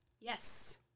Yes